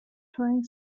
touring